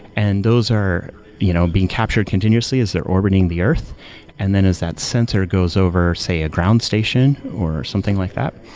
and those are you know being captured continuously as they're orbiting the earth and then as that sensor goes over, say a ground station or something like that,